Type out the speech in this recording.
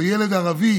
אין דבר כזה.